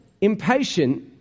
impatient